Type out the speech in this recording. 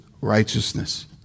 righteousness